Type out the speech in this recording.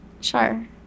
Sure